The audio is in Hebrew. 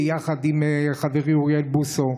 יחד עם חברי אוריאל בוסו.